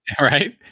Right